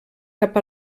cap